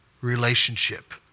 relationship